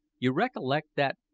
you recollect that,